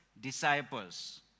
disciples